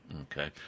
Okay